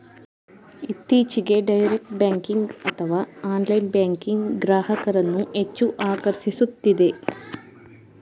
ಇತ್ತೀಚೆಗೆ direct banking ಅಥವಾ online banking ಗ್ರಾಹಕರನ್ನು ಹೆಚ್ಚು ಆಕರ್ಷಿಸುತ್ತಿದೆ